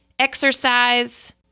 exercise